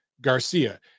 Garcia